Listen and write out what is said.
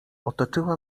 otoczyła